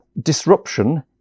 disruption